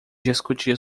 discutir